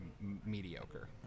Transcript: mediocre